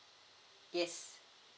yes